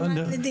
או הועמד לדין.